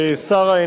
חבר הכנסת דב חנין.